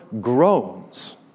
groans